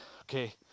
okay